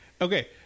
okay